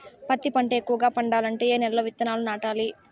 పత్తి పంట ఎక్కువగా పండాలంటే ఏ నెల లో విత్తనాలు నాటాలి?